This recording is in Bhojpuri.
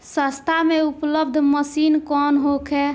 सस्ता में उपलब्ध मशीन कौन होखे?